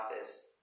office